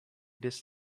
this